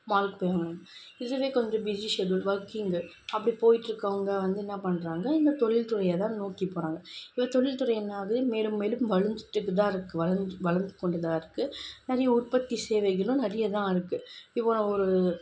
மால்க்கு போய் வாங்குகிறாங்க இதுவே கொஞ்சம் பிஸி ஷெடியூல் ஒர்க்கிங்கு அப்படி போயிகிட்ருக்கவங்க வந்து என்ன பண்ணுறாங்க இந்த தொழில் துறையைதான் நோக்கி போகிறாங்க இப்போ தொழில் துறை என்ன ஆகுது மேலும் மேலும் வளர்ந்துக்கிட்டுதான் இருக்குது வளர்ந்துட் வளர்ந்து கொண்டுதான் இருக்குது நிறைய உற்பத்தி சேவைகளும் நிறையதான் இருக்குது இப்போ நான் ஒரு